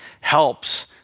helps